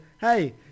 Hey